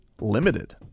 Limited